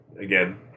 again